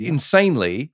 Insanely